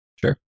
Sure